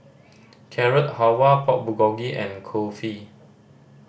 Carrot Halwa Pork Bulgogi and Kulfi